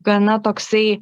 gana toksai